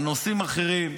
על נושאים אחרים,